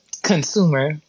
consumer